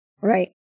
Right